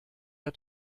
der